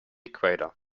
equator